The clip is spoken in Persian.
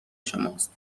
شماست